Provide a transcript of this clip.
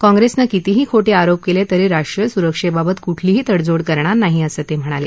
काँग्रेसन कीतीही खोटे आरोप केले तरी राष्ट्रीय सुरक्षेबाबत कुठलीही तडजोड करणार नाही असंही ते म्हणाले